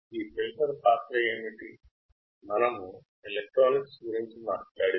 ఈ ఫిల్టర్ పాత్ర ఏమిటి